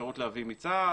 אפשרות להביא מצה"ל,